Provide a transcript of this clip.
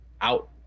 out